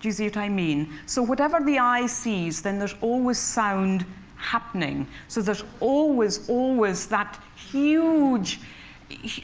do you see what i mean? so whatever the eye sees, then there's always sound happening. so there's always, always that huge